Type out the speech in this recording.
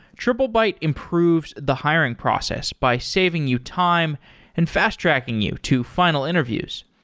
triplebyte improves the hiring process by saving you time and fast-tracking you to final interviews.